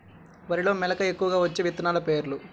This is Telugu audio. వరిలో మెలక ఎక్కువగా వచ్చే విత్తనాలు పేర్లు?